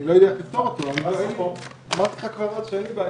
אני שואלת כאן משפטית,